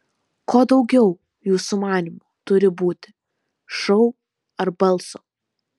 ko daugiau jūsų manymu turi būti šou ar balso